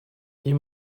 این